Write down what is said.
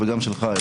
וגם שלך,